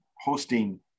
hosting